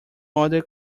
other